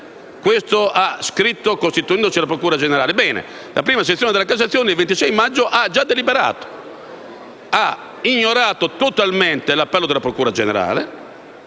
Questo ha scritto la procura generale. Ebbene, la prima sezione della Cassazione il 26 maggio ha già deliberato, ignorando totalmente l'appello della procura generale.